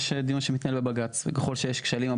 יש דיון שמתנהל בבג"צ וככל שיש כשלים או